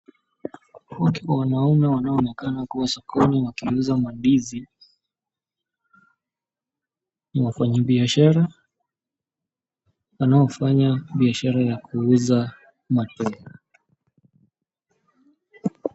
Watu wanaume wanao onekana kuwa sokoni wakiuza mandizi. Ni wafanyi biashara, wanaofanya kazi ya kuuza matoke.